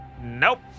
Nope